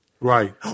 Right